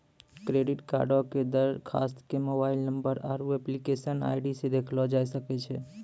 credit कार्डो के दरखास्त के मोबाइल नंबर आरु एप्लीकेशन आई.डी से देखलो जाय सकै छै